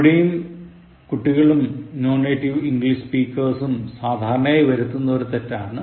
ഇവിടെയും കുട്ടികളും non native English സ്പിക്കെഴ്സും സാധാരണയായി വരുത്തുന്ന ഒരു തെറ്റാണ്